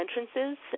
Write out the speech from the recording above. entrances